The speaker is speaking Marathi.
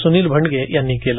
सुनील भंडगे यांनी केले